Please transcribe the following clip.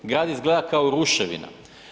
Grad izgleda kao ruševina.